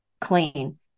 clean